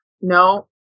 No